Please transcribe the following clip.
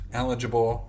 eligible